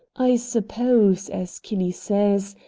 i suppose, as kinney says,